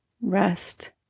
rest